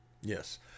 Yes